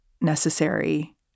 necessary